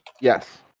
Yes